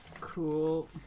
Cool